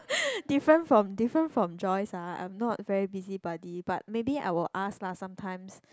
different from different fom Joyce ah I'm not very busybody but maybe I will ask lah sometimes